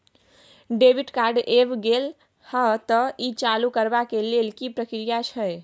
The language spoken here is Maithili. डेबिट कार्ड ऐब गेल हैं त ई चालू करबा के लेल की प्रक्रिया छै?